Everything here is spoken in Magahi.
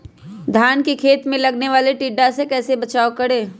धान के खेत मे लगने वाले टिड्डा से कैसे बचाओ करें?